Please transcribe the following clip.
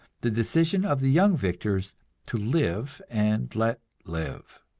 the decision of the young victors to live and let live.